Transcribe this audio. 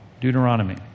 Deuteronomy